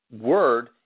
word